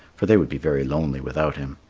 for they would be very lonely without him.